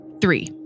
Three